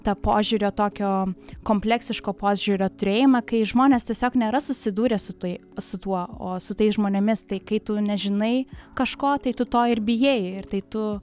tą požiūrio tokio kompleksiško požiūrio turėjimą kai žmonės tiesiog nėra susidūrę su tai su tuo o su tais žmonėmis tai kai tu nežinai kažko tai tu to ir bijai ir tai tu